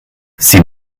sie